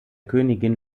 königin